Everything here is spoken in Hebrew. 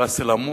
בראס-אל-עמוד,